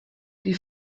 die